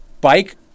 bike